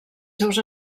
seus